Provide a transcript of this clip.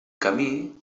camí